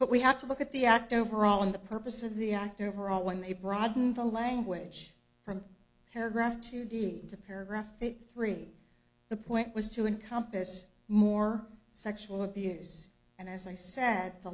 but we have to look at the act overall and the purpose of the act overall when they broaden the language from paragraph two deed to paragraph that three the point was to encompass more sexual abuse and as i said the